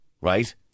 Right